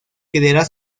quedará